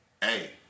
Hey